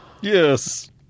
Yes